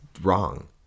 wrong